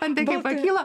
antakiai pakyla